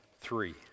three